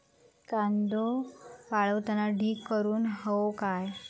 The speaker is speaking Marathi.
कांदो वाळवताना ढीग करून हवो काय?